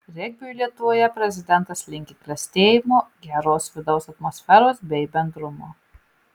regbiui lietuvoje prezidentas linki klestėjimo geros vidaus atmosferos bei bendrumo